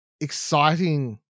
exciting